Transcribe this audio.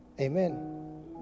Amen